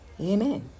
amen